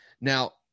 Now